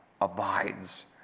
abides